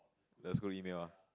the school email ah